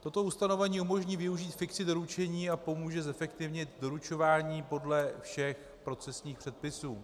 Toto ustanovení umožní využít fikci doručení a pomůže zefektivnit doručování podle všech procesních předpisů.